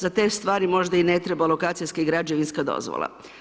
Za te stvari možda i ne treba lokacijska i građevinska dozvola.